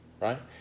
right